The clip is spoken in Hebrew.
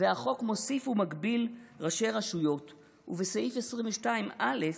החוק מוסיף ומגביל ראשי רשויות ובסעיף 22(א)